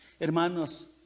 Hermanos